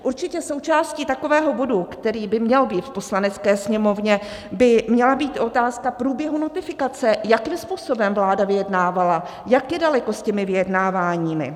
Určitě součástí takového bodu, který by měl být v Poslanecké sněmovně, by měla být otázka průběhu notifikace, jakým způsobem vláda vyjednávala, jak je daleko s těmi vyjednáváními.